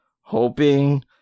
hoping